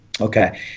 Okay